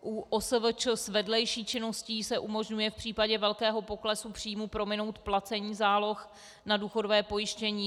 U OSVČ s vedlejší činností se umožňuje v případě velkého poklesu příjmů prominout placení záloh na důchodové pojištění.